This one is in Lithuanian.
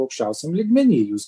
aukščiausiam lygmeny jūs